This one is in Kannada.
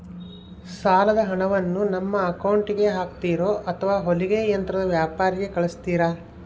ಸಾಲದ ಹಣವನ್ನು ನಮ್ಮ ಅಕೌಂಟಿಗೆ ಹಾಕ್ತಿರೋ ಅಥವಾ ಹೊಲಿಗೆ ಯಂತ್ರದ ವ್ಯಾಪಾರಿಗೆ ಕಳಿಸ್ತಿರಾ?